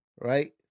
right